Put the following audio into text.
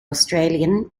australian